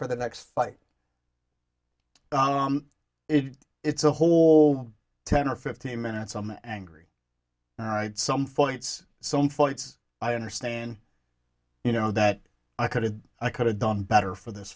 for the next fight if it's a whole ten or fifteen minutes i'm angry all right some flights some flights i understand you know that i could have i could have done better for this